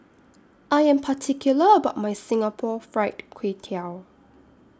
I Am particular about My Singapore Fried Kway Tiao